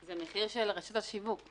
זה מחיר של רשתות השיווק.